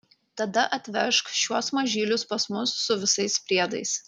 tada atvežk šiuos mažylius pas mus su visais priedais